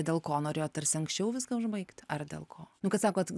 dėl ko norėjot tarsi anksčiau viską užbaigti ar dėl ko nu kad sakot